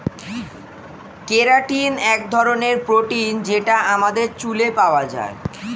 keratin এক ধরনের protein যেটা আমাদের চুলে পাওয়া যায়